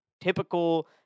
typical